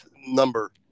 number